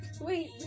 wait